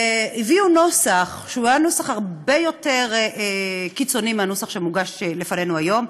הביאו נוסח שהיה הרבה יותר קיצוני מהנוסח שמוגש לפנינו היום.